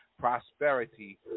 prosperity